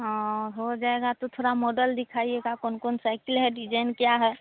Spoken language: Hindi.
हाँ हो जाएगा तो थोड़ा मॉडल दिखाइएगा कौन कौन साइकिल है डिज़ाइन क्या है